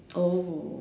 oh